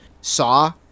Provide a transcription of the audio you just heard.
Saw